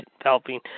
helping